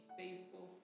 faithful